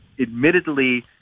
admittedly